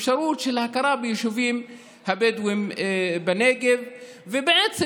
אפשרות של הכרה ביישובים הבדואיים בנגב ובעצם